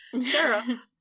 Sarah